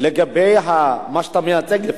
שלגבי מה שאתה מייצג לפחות,